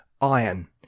Iron